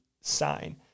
sign